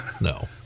No